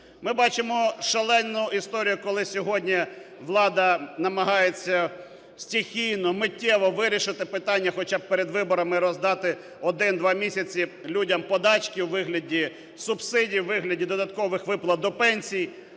Ми бачимо шалену історію, коли сьогодні влада намагається стихійно, миттєво вирішити питання: хоча б перед виборам роздати один-два місяці людям подачки у вигляді субсидій, у вигляді додаткових виплат до пенсій.